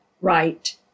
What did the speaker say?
right